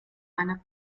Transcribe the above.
einer